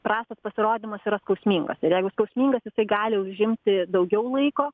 prastas pasirodymas yra skausmingas ir jeigu skausmingas jisai gali užimti daugiau laiko